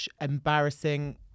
embarrassing